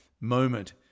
moment